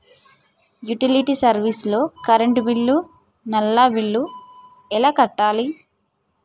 Utility service లో current bill, నల్లా bill ఎలా కట్టాలి?